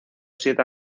siete